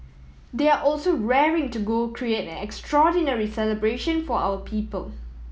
they are also raring to go create an extraordinary celebration for our people